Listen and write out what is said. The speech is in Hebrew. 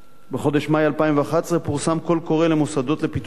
בחודש מאי 2011 פורסם קול קורא למוסדות לפיתוח תוכנית